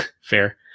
Fair